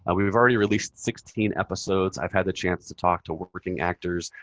ah we've already released sixteen episodes. i've had the chance to talk to working actors,